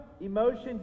emotions